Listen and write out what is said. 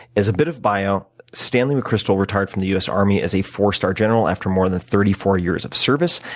as a bit of bio, stanley mcchrystal retired from the us army as a four star general after more than thirty four years of service.